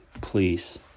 Please